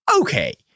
okay